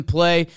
Play